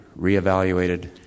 reevaluated